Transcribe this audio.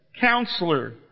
Counselor